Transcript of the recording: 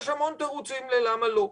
יש המון תירוצים ללמה לא.